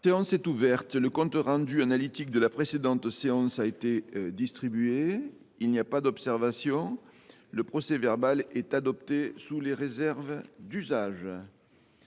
La séance est ouverte. Le compte rendu analytique de la précédente séance a été distribué. Il n’y a pas d’observation ?… Le procès verbal est adopté sous les réserves d’usage.